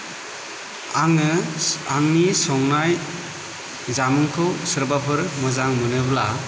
आङो आंनि संनाय जामुंखौ सोरबाफोर मोजां मोनोब्ला